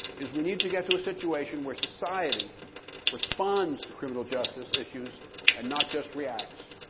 is we need to get to a situation where society responds to criminal justice issues and not just reacts.